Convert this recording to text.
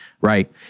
right